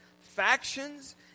Factions